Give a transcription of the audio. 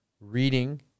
reading